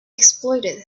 exploited